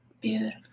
Beautiful